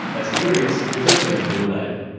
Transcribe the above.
asterius is also his middle name.